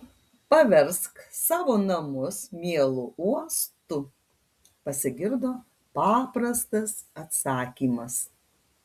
paversk savo namus mielu uostu pasigirdo paprastas atsakymas